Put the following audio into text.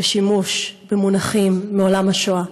בשימוש במונחים מעולם השואה.